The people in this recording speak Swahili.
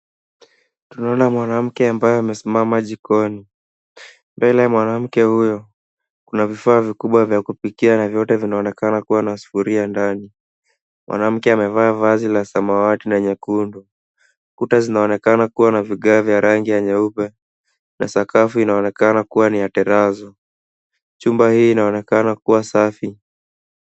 Tunaona mwanamke ambaye amesimama jikoni. Mbele ya mwanamke huyo kuna vifaa vikubwa vya kupikia na vyote vinaonekana kuwa na sufuria ndani. Mwanamke amevaa vazi la samawati na nyekundu. Kuta zinaonekana kuwa na vigae vya rangi ya nyeupe na sakafu inaonekana kuwa ni ya terazo . Chumba hii inaonekana kuwa safi.